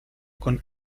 con